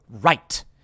Right